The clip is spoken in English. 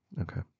Okay